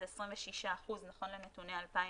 זה 26% נכון לנתוני 2019,